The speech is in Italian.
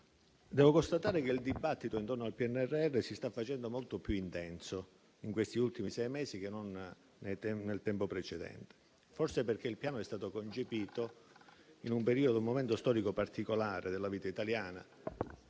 Devo constatare che il dibattito intorno al PNRR si sta facendo molto più intenso in questi ultimi sei mesi che non nel periodo precedente, forse perché il Piano è stato concepito in un momento storico particolare della vita italiana,